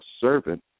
servant